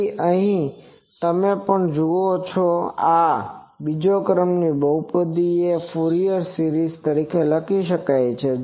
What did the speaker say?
તેથી અહીં તમે પણ જુઓ છો કે આ બીજો ક્રમનો બહુપદી યુ ને ફુરીયર સિરીઝ તરીકે લખી શકાય છે